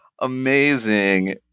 amazing